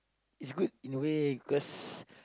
it's good in a way because